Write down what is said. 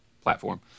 platform